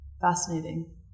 fascinating